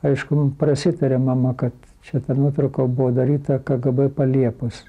aišku prasitaria mama kad čia ta nuotrauka buvo daryta kgb paliepus